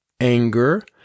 anger